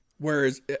Whereas